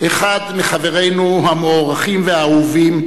אחד מחברינו המוערכים והאהובים,